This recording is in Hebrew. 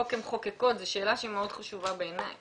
כמחוקקות, זו שאלה מאוד חשובה בעיניי.